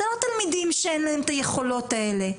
זה לא תלמדים שאין להם את היכולות האלה,